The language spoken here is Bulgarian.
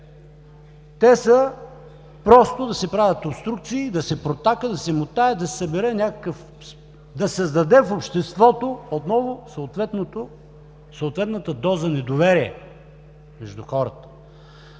те са просто да се правят обструкции, да се протака, да се мотае, да се създаде в обществото отново съответната доза недоверие между хората.